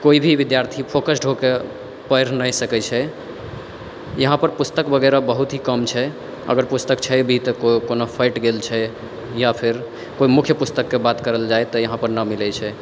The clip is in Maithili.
कोई भी विद्यार्थी फोकस्ड होके पढ़ि नहि सकै छै यहाँपर पुस्तक वगैरह बहुत ही कम छै अगर पुस्तक छै भी तऽ कोनो फटि गेल छै या फेर कोई मुख्य पुस्तकके बात करल जाइ तऽ यहाँपर नहि मिलै छै